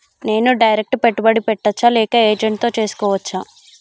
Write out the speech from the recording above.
నేను డైరెక్ట్ పెట్టుబడి పెట్టచ్చా లేక ఏజెంట్ తో చేస్కోవచ్చా?